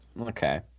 Okay